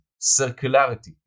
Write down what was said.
circularity